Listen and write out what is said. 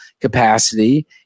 capacity